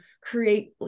create